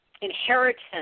inheritance